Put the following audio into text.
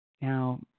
now